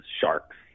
sharks